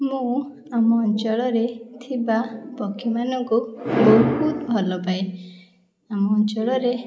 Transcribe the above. ମୁଁ ଆମ ଅଞ୍ଚଳରେ ଥିବା ପକ୍ଷୀମାନଙ୍କୁ ବହୁତ ଭଲପାଏ ଆମ ଅଞ୍ଚଳରେ